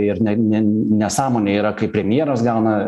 ir ne ne nesąmonė yra kai premjeras gauna